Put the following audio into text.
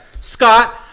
Scott